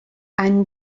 any